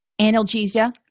analgesia